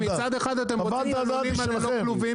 מצד אחד אתם רוצים --- ללא כלובים,